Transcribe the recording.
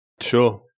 Sure